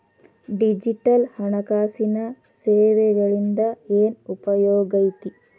digital ಹಣಕಾಸಿನ ಸೇವೆಗಳಿಂದ ಏನ್ ಉಪಯೋಗೈತಿ